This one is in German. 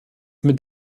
mit